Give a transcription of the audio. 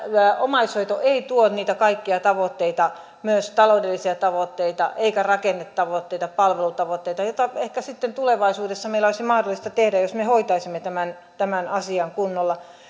omaishoito ei saavuta niitä kaikkia tavoitteita ei myöskään taloudellisia tavoitteita rakennetavoitteita eikä palvelutavoitteita joihin ehkä sitten tulevaisuudessa meillä olisi mahdollisuus jos me hoitaisimme tämän tämän asian kunnolla